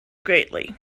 greatly